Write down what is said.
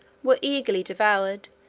were eagerly devoured,